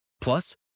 Plus